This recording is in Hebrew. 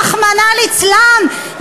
רחמנא ליצלן,